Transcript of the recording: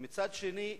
ומצד שני,